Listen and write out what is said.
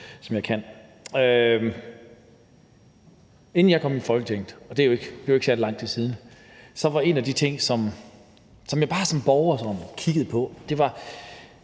som jeg kan. Inden jeg kom i Folketinget, og det er jo ikke særlig lang tid siden, var en af de ting, som jeg bare som borger kiggede på, det her